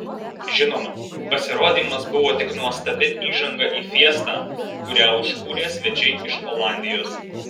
žinoma pasirodymas buvo tik nuostabi įžanga į fiestą kurią užkūrė svečiai iš olandijos